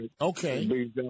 Okay